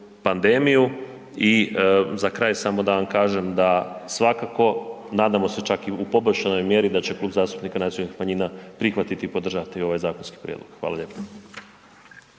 pandemiju. I za kraj samo da vam kažem da svakako nadamo se čak i u poboljšanoj mjeri da će Klub zastupnika nacionalnih manjina prihvatiti i podržati ovaj zakonski prijedlog. Hvala lijepo.